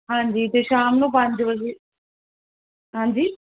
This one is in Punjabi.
ਹਾਂਜੀ ਅਤੇ ਸ਼ਾਮ ਨੂੰ ਪੰਜ ਵਜੇ ਹਾਂਜੀ